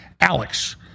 Alex